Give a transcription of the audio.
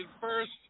first